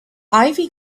ivy